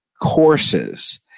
courses